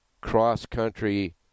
cross-country